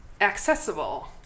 accessible